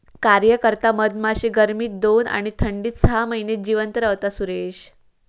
कार्यकर्ता मधमाशी गर्मीत दोन आणि थंडीत सहा महिने जिवंत रव्हता, सुरेश